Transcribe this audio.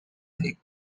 lake